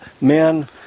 men